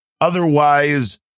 otherwise